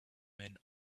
men